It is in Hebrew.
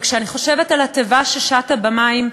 וכשאני חושבת על התיבה ששטה במים,